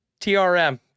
TRM